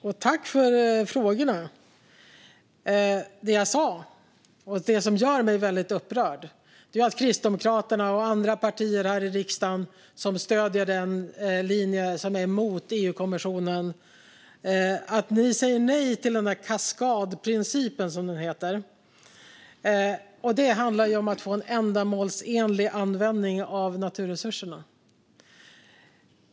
Fru talman! Jag tackar för frågorna. Det som gör mig upprörd är att Kristdemokraterna och andra partier i riksdagen som stöder den linje som är mot EU-kommissionen säger nej till kaskadprincipen, som den heter. Det handlar om att få en ändamålsenlig användning av naturresurserna.